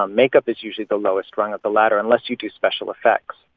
um makeup is usually the lowest rung of the ladder unless you do special effects.